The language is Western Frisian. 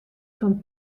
fan